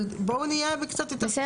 אבל בואו נהיה קצת יותר ספציפיים.